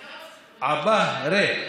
עבהה.